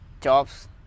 jobs